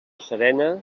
serena